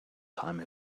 time